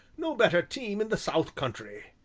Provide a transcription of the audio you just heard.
no better team in the south country.